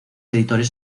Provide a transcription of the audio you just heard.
editores